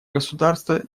государства